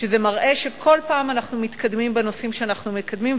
שזה מראה שכל פעם אנחנו מתקדמים בנושאים שאנחנו מקדמים,